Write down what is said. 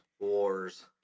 wars